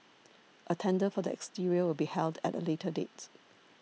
a tender for the exterior will be held at a later date